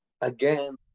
again